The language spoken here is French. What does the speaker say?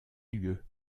lieux